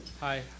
Hi